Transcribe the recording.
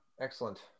Excellent